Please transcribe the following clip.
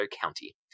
county